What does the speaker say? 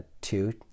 two